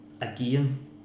again